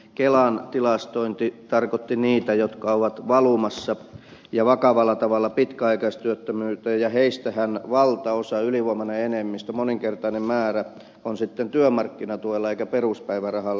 kelan tilastointi tarkoitti niitä jotka ovat valumassa ja vakavalla tavalla pitkäaikaistyöttömyyteen ja heistähän valtaosa ylivoimainen enemmistö moninkertainen määrä on sitten työmarkkinatuella eikä peruspäivärahalla